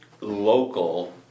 local